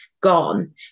gone